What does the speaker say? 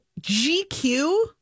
gq